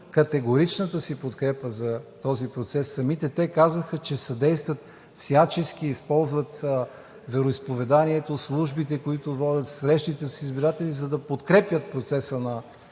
категоричната си подкрепа за този процес. Самите те казаха, че съдействат всячески – използват вероизповеданието, службите, които водят, срещите си с избирателите, за да подкрепят процеса на